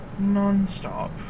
nonstop